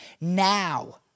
now